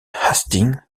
hastings